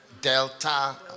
Delta